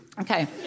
Okay